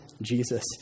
Jesus